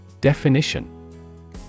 Definition